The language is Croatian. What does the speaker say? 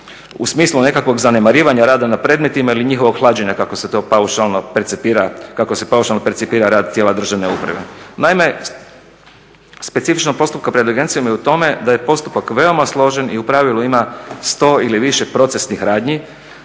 u smislu nekakvog zanemarivanja rada na predmetima ili njihovog hlađenja, kako se to paušalno percipira rad tijela državne uprave. Naime, specifičnost postupka pred agencijom je u tome da je postupak veoma složen i u pravilu ima 100 ili više procesnih radnji,